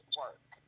work